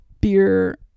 Beer